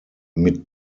mit